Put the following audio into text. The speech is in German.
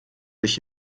sich